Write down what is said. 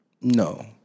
no